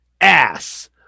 ass